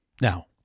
Now